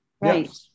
Right